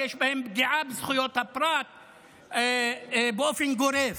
שיש בהן פגיעה בזכויות הפרט באופן גורף,